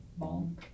Bonk